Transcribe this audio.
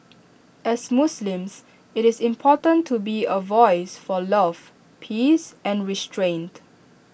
as Muslims IT is important to be A voice for love peace and restraint